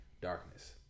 darkness